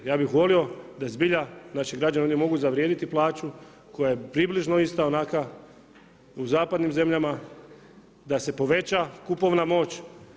Ja bih volio da zbilja naši građani oni mogu zavrijediti plaću koja je približno ista i onakva u zapadnim zemljama, da se poveća kupovna moć.